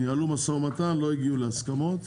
ניהלו משא ומתן, לא הגיעו להסכמות.